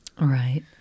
Right